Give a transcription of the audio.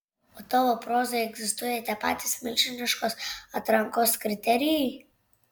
o tavo prozai egzistuoja tie patys milžiniškos atrankos kriterijai